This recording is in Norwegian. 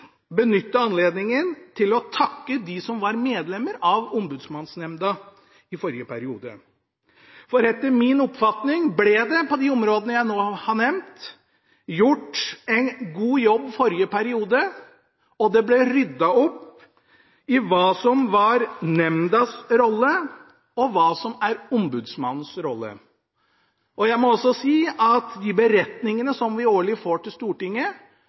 benytte anledningen til å takke dem som var medlemmer av Ombudsmannsnemnda i forrige periode. Etter min oppfatning ble det på de områdene jeg nå har nevnt, gjort en god jobb i forrige periode, og det ble ryddet opp i hva som var nemndas rolle, og hva som var Ombudsmannens rolle. Jeg må også si at de beretningene vi årlig får til Stortinget,